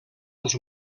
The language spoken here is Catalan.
als